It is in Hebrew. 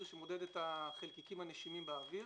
שמודד את החלקיקים הנשימים באוויר,